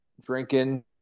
drinking